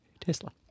Tesla